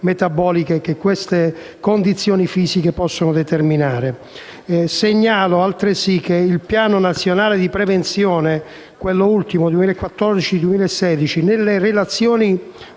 che tali condizioni fisiche possono determinare. Segnalo altresì che il Piano nazionale di prevenzione 2014-2016, nelle relazioni